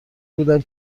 بودم